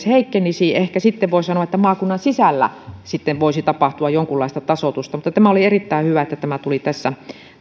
heikkenisi ehkä sitten voi sanoa että maakunnan sisällä voisi tapahtua jonkunlaista tasoitusta oli erittäin hyvä että tämä tuli